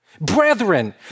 Brethren